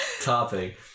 topic